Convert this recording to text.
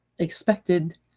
expected